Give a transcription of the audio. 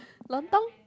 lontong